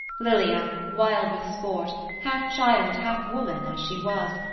lilia, wild with sport, half child half woman as she was,